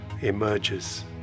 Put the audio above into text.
emerges